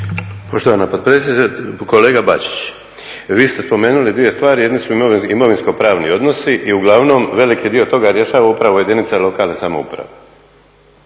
Poštovana potpredsjednice. Kolega Bačić, vi ste spomenuli dvije stvari, jedna su novi imovinskopravni odnosi i uglavnom veliki dio toga rješava upravo jedinice lokalne samouprave